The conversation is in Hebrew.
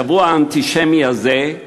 השבוע האנטישמי הזה,